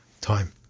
time